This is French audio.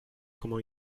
comment